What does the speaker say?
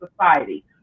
society